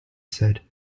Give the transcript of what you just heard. said